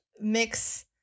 mix